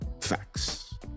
Facts